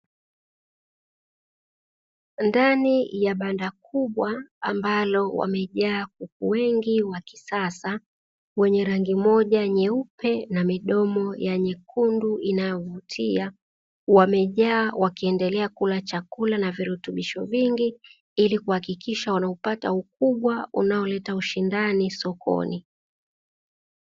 Ndani ya banda kubwa ambalo wamejaa kuku wengi wa kisasa, wenye rangi moja nyeupe na midomo ya nyekundu inayovutia, wamejaa wakiendelea kula chakula na virutubisho vingi ili kuhakikisha wanaupata ukubwa unaoleta ushindani sokoni.